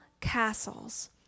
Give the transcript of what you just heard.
castles